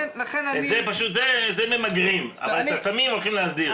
את זה, זה ממגרים, אבל את הסמים הולכים להסדיר.